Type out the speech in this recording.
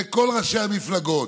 לכל ראשי המפלגות: